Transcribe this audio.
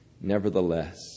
Nevertheless